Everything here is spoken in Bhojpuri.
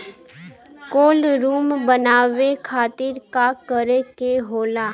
कोल्ड रुम बनावे खातिर का करे के होला?